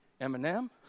eminem